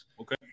Okay